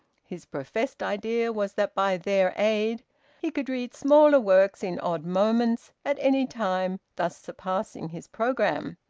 his professed idea was that by their aid he could read smaller works in odd moments, at any time, thus surpassing his programme.